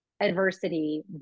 adversity